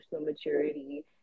maturity